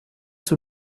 sous